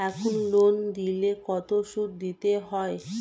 এখন লোন নিলে কত সুদ দিতে হয়?